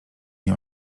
nie